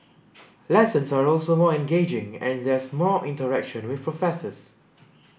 lessons are also more engaging and there's more interaction with professors